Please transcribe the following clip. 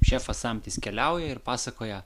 šefas samtis keliauja ir pasakoja